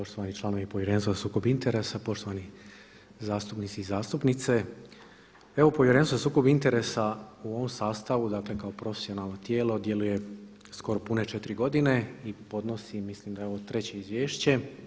Poštovani članovi Povjerenstva za sukob interesa, poštovani zastupnici i zastupnice evo Povjerenstvo za sukob interesa u ovom sastavu dakle kao profesionalno tijelo djeluje skoro pune 4 godine i podnosi mislim da je ovo treće izvješće.